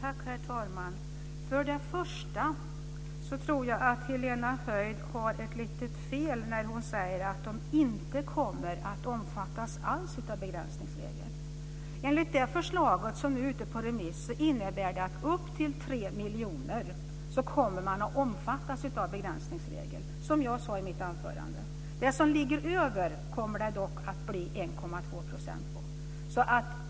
Herr talman! Först och främst tror jag att Helena Höij gör ett litet fel när hon säger att man inte kommer att omfattas av begränsningsregeln alls. Det förslag som nu är ute på remiss innebär att man kommer att omfattas av begränsningsregeln vid taxeringsvärden på upp till 3 miljoner, som jag sade i mitt anförande. Det som ligger över kommer det dock att bli 1,2 % på.